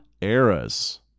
eras